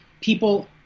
people